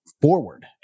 forward